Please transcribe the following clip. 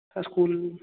sir school